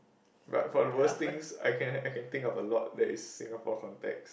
but for the worse things I can I can think of a lot that is Singapore context